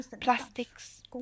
plastics